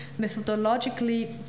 methodologically